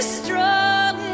strong